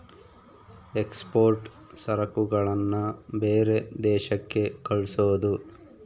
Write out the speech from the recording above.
export ಸರಕುಗಳನ್ನ ಬೇರೆ ದೇಶಕ್ಕೆ ಕಳ್ಸೋದು